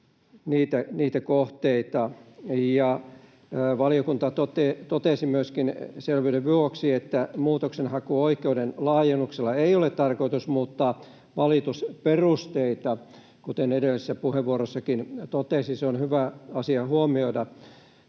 niitä kohteita”. Ja valiokunta totesi selvyyden vuoksi myöskin, että ”muutoksenhakuoikeuden laajennuksella ei ole tarkoitus muuttaa valitusperusteita”, kuten edellisessäkin puheenvuorossa totesin. Se on hyvä asia huomioida,